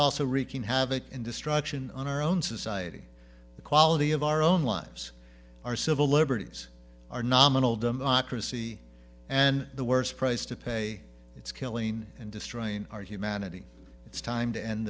also wreaking havoc in destruction on our own society the quality of our own lives our civil liberties our nominal democracy and the worst price to pay it's killing and destroying our humanity it's time to end